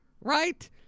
Right